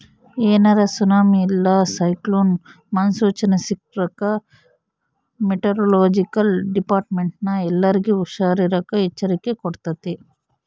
ಏನಾರ ಸುನಾಮಿ ಇಲ್ಲ ಸೈಕ್ಲೋನ್ ಮುನ್ಸೂಚನೆ ಸಿಕ್ರ್ಕ ಮೆಟೆರೊಲೊಜಿಕಲ್ ಡಿಪಾರ್ಟ್ಮೆಂಟ್ನ ಎಲ್ಲರ್ಗೆ ಹುಷಾರಿರಾಕ ಎಚ್ಚರಿಕೆ ಕೊಡ್ತತೆ